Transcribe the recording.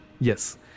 yes